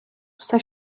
все